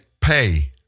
pay